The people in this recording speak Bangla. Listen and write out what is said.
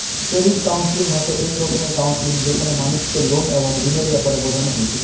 ক্রেডিট কাউন্সেলিং হসে এক রকমের কাউন্সেলিং যেখানে মানুষকে লোন এবং ঋণের ব্যাপারে বোঝানো হই